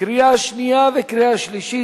קריאה שנייה וקריאה שלישית.